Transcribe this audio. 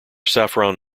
saffron